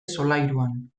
solairuan